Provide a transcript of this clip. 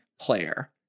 player